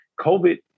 COVID